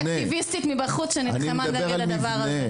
כאקטיביסטית מבחוץ שנלחמה נגד הדבר הזה.